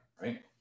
Right